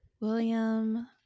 William